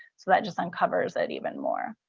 so that just uncovers it even more.